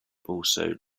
also